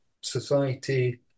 society